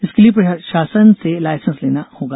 इसके लिए शासन से लायसेंस लेना होगा